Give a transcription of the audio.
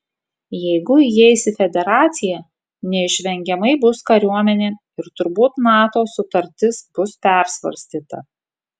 jeigu įeis į federaciją neišvengiamai bus kariuomenė ir turbūt nato sutartis bus persvarstyta